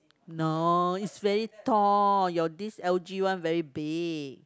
no is very tall your this l_g one very big